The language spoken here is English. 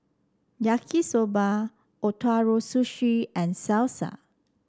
Yaki Soba Ootoro Sushi and Salsa